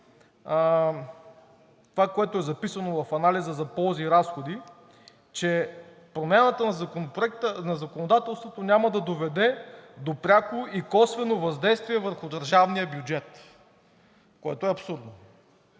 това, което е записано в анализа за ползи и разходи, че промяната на законодателството няма да доведе до пряко и косвено въздействие върху държавния бюджет, което е абсурдно.